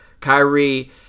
Kyrie